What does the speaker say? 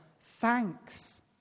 thanks